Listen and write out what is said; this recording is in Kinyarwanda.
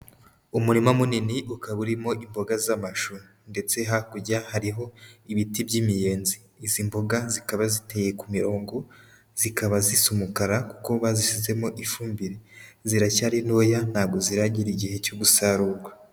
Umurima munini, ukaba urimo imboga z'amashu ndetse hakurya hariho ibiti by'imiyenzi, izi mboga zikaba ziteye ku mirongo, zikaba zisa umukara kuko bazishyizemo ifumbire, ziracyari ntoya ntabwo ziragira igihe cyo gusarurwa.